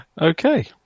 Okay